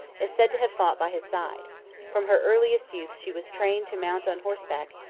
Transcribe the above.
is said to have fought by his side from her earliest youth she was trained to mount on horseback,